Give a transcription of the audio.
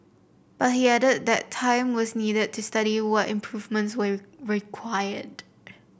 but he added that time was needed to study what improvements were required